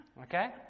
okay